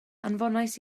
anfonais